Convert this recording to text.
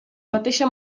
mateixa